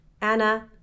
anna